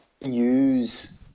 use